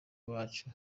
bacu